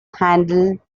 handle